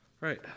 right